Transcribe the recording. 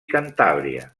cantàbria